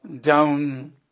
down